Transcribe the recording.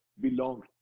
belong